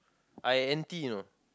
I anti you know